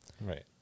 right